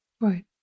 Right